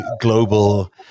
global